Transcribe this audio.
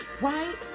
right